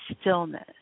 stillness